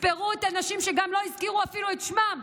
תספרו את הנשים שגם לא הזכירו אפילו את שמן.